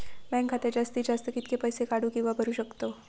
Bank खात्यात जास्तीत जास्त कितके पैसे काढू किव्हा भरू शकतो?